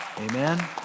Amen